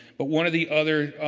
but one of the other